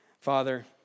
Father